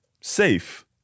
safe